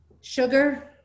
Sugar